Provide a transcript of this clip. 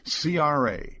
CRA